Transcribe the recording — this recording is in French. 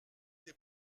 des